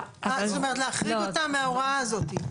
זאת אומרת להחריג אותם מההוראה הזאת?